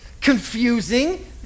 confusing